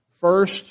first